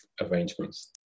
arrangements